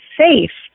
safe